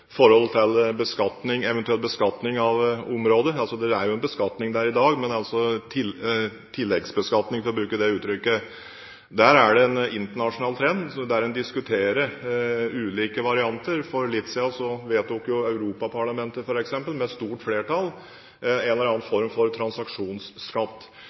forhold som blir tatt opp her. Det ene er forholdet til eventuell beskatning av området – det er jo en beskatning der i dag – men en tilleggsbeskatning, for å bruke det uttrykket. Det er en internasjonal trend der en diskuterer ulike varianter. For litt siden vedtok f.eks. Europaparlamentet med stort flertall en eller annen